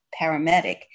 paramedic